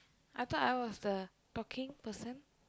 I thought I was the talking person